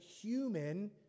human